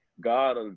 God